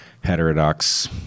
heterodox